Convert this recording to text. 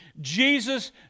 Jesus